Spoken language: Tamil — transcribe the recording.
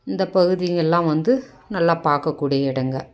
இந்த பகுதிங்கள்லாம் வந்து நல்லா பார்க்கக்கூடிய இடங்கள்